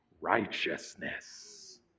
righteousness